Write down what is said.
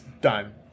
done